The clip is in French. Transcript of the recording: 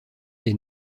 est